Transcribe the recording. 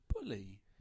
bully